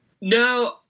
No